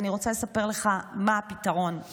אני רוצה לספר לך מה הפתרון.